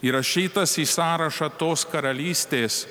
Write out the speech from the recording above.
įrašytas į sąrašą tos karalystės